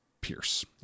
Pierce